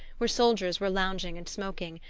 where soldiers were lounging and smoking,